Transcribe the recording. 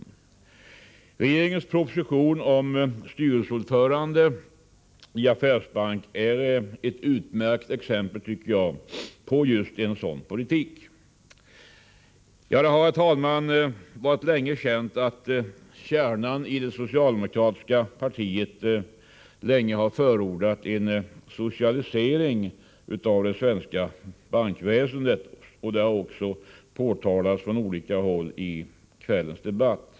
Regeringens proposition om styrelseordförande i affärsbank är ett utmärkt exempel på en sådan politik. Det har, herr talman, länge varit känt att kärnan i det socialdemokratiska partiet länge förordat en socialisering av det svenska bankväsendet, och detta har också påtalats från olika håll i kvällens debatt.